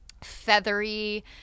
feathery